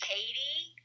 Katie